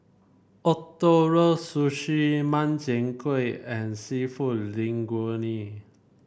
Ootoro Sushi Makchang Gui and seafood Linguine